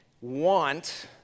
want